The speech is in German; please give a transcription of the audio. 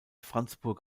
franzburg